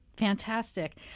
Fantastic